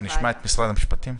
נשמע את משרד המשפטים.